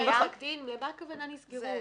למה הכוונה נסגרו?